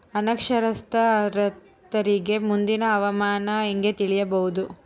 ಅನಕ್ಷರಸ್ಥ ರೈತರಿಗೆ ಮುಂದಿನ ಹವಾಮಾನ ಹೆಂಗೆ ತಿಳಿಯಬಹುದು?